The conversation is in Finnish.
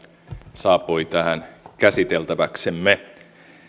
saapui tähän käsiteltäväksemme